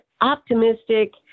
optimistic